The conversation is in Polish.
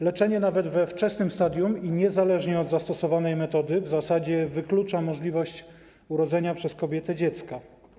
Leczenie nawet we wczesnym stadium i niezależnie od zastosowanej metody w zasadzie wyklucza możliwość urodzenia przez kobietę dziecka.